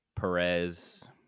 Perez